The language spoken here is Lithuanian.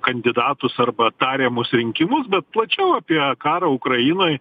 kandidatus arba tariamus rinkimus bet plačiau apie karą ukrainoj